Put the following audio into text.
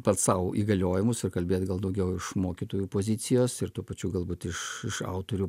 pats sau įgaliojimus ir kalbėti gal daugiau iš mokytojų pozicijos ir tuo pačiu galbūt iš iš autorių